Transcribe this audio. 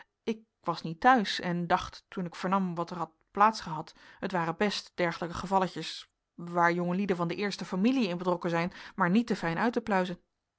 ik was niet te huis en dacht toen ik vernam wat er had plaats gehad het ware best dergelijke gevalletjes waar jongelieden van de eerste familiën in betrokken zijn maar niet te fijn uit te pluizen